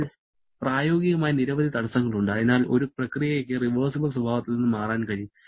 എന്നാൽ പ്രായോഗികമായി നിരവധി തടസ്സങ്ങളുണ്ട് അതിനാൽ ഒരു പ്രക്രിയയ്ക്ക് റിവേർസിബിൾ സ്വഭാവത്തിൽ നിന്ന് മാറാൻ കഴിയും